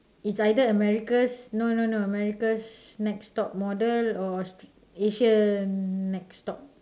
it's either america's no no no america's next top model or asian next top